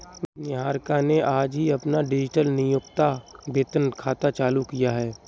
निहारिका ने आज ही अपना डिजिटल नियोक्ता वेतन खाता चालू किया है